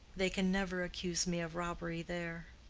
they can never accuse me of robbery there.